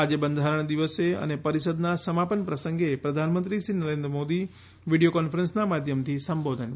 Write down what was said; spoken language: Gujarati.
આજે બંધારણ દિવસે અને પરિષદના સમાપન પ્રસંગે પ્રધાનમંત્રી શ્રી નરેન્દ્ર મોદી વિડિયો કોન્ફરન્સના માધ્યમથી સંબોધન કરશે